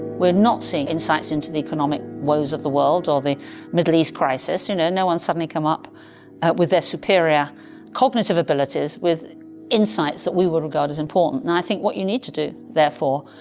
we're not seeing insights into the economic woes of the world, or the middle east crisis you know, no one has suddenly come up with their superior cognitive abilities with insights that we would regard as important. now i think what you need to do therefore,